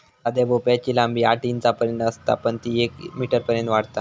साध्या भोपळ्याची लांबी आठ इंचांपर्यंत असता पण ती येक मीटरपर्यंत वाढता